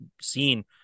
seen